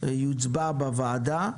יוצבע בוועדה.